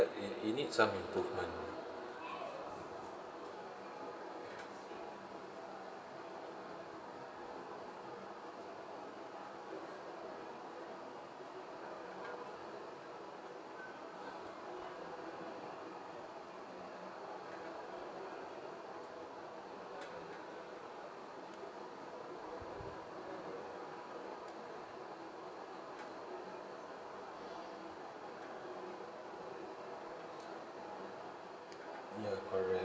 it it needs some improvement ya correct